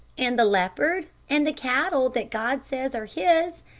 and the leopard, and the cattle that god says are his,